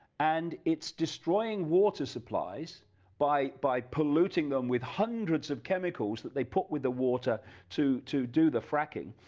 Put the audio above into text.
and it's destroying water supplies by by polluting them with hundreds of chemicals that they put with the water to to do the fracking,